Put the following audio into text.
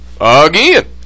Again